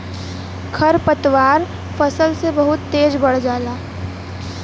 खरपतवार फसल से बहुत तेज बढ़ जाला